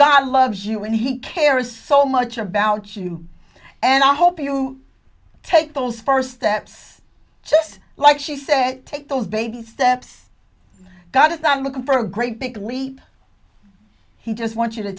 god loves you and he cares so much about you and i hope you take those first steps just like she said take those baby steps god if i'm looking for a great big leap he just want you to